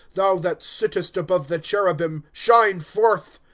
thou that sittest above the cherubim, shine forth.